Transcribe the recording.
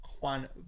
Juan